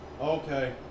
Okay